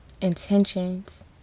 intentions